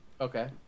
Okay